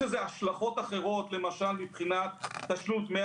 יש לזה השלכות אחרות מבחינת תשלום דמי